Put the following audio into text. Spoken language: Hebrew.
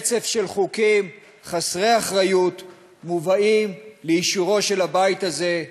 רצף של חוקים חסרי אחריות מובאים לאישורו של הבית הזה,